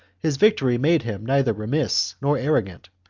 his victory made him neither remiss nor arrogant,